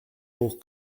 hoch